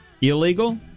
illegal